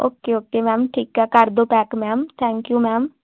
okay okay ma'am ਠੀਕ ਆ ਕਰ ਦਿਓ pack ma'am thank you ma'am